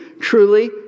Truly